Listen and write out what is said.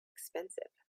expensive